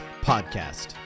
podcast